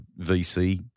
VC